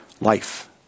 life